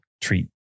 treat